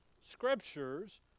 Scriptures